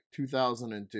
2002